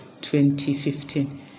2015